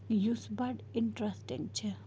یُس بَڑٕ اِنٹرٛسٹِنٛگ چھِ